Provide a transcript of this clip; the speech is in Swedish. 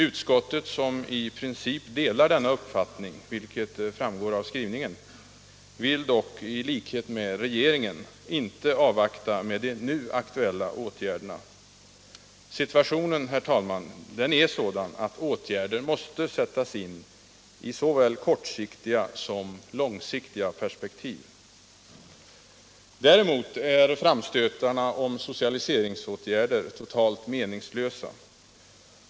Utskottet, som i princip delar denna uppfattning — vilket framgår av skrivningen — vill dock i likhet med regeringen inte dröja med de nu aktuella åtgärderna. Situationen är sådan att åtgärder måste sättas in i såväl kortsiktiga som långsiktiga perspektiv. Däremot är framstötarna om socialiseringsåtgärder totalt meningslösa.